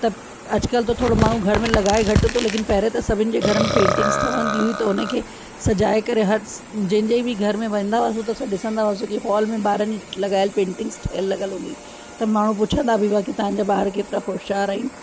त अॼुकल्ह त थोरो माण्हू घर में लॻाए घटि थो लेकिन पहिरियों त सभिनीनि जे घर में पेंटिंग्स ठहंदी हुई त उन खे सजाए करे हर हर सि जंहिंजे बि घर में वेंदा हुआसीं त असां ॾिसंदा हुआसीं की हॉल में ॿारनि जूं लॻायल पेंटिंग्स ठहियलु लॻियलु हूंदी हुई त माण्हू पुछंदा बि हुआ की तव्हां जा ॿार केतिरा होशियार आहिनि